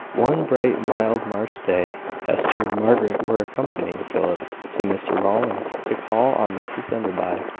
one bright, mild, march day, hester and margaret were accompanying philip to mr rowland's to call on mrs enderby,